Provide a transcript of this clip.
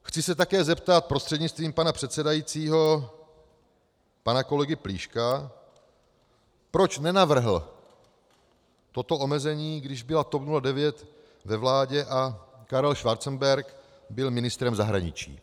Chci se také zeptat prostřednictvím pana předsedajícího pana kolegy Plíška, proč nenavrhl toto omezení, když byla TOP 09 ve vládě a Karel Schwarzenberg byl ministrem zahraničí.